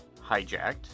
Hijacked